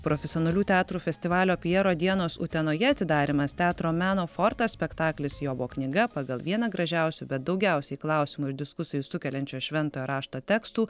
profesionalių teatrų festivalio pjero dienos utenoje atidarymas teatro meno fortas spektaklis jobo knyga pagal vieną gražiausių bet daugiausiai klausimų ir diskusijų sukeliančio šventojo rašto tekstų